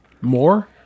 more